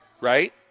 right